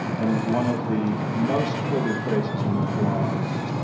and one of the most quoted phrases in the qur'an is,